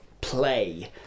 play